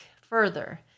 further